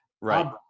Right